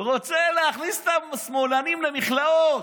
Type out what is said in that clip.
רוצה להכניס את השמאלנים למכלאות.